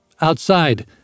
Outside